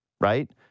Right